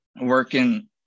Working